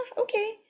okay